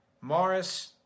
Morris